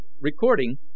Recording